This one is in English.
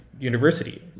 university